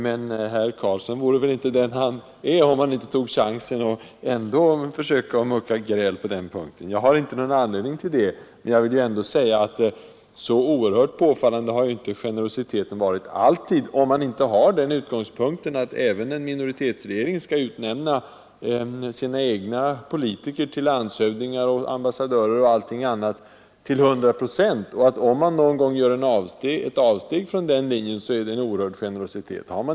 Men herr Karlsson i Huskvarna vore väl inte den han är, om han inte tog chansen att ändå försöka mucka gräl. Jag har inte någon anledning till det. Jag vill ändå säga att generositeten inte alltid varit så oerhört påfallande. Om man har utgångspunkten att en minoritetsregering till 100 procent skall utnämna sina egna politiker till landshövdingar, ambassadörer och liknande, och sedan någon gång gör ett avsteg från den linjen, så anser man sig naturligtvis vara oerhört generös.